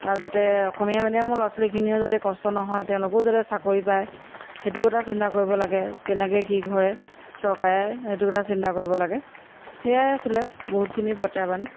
আৰু যাতে অসমীয়া মেডিয়ামৰ ল'ৰা ছোৱালীখিনিও যাতে কষ্ট নহয় তেওঁলোকেও যাতে চাকৰি পায় সেইটোও এটা চিন্তা কৰিব লাগে কেনেকৈ কি ঘৰে চৰকাৰে সেইটো কথা চিন্তা কৰিব লাগে সেয়াই আছিলে বহুতখিনি প্ৰত্যাহ্বান